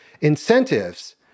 incentives